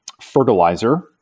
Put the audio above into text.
fertilizer